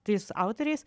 tais autoriais